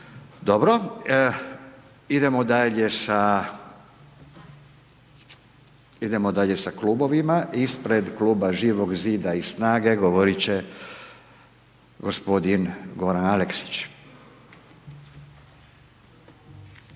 Dobro, idemo dalje sa klubovima. Ispred kluba Živog Zida i SNAGA-e govorit će g. Goran Aleksić.